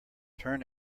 turn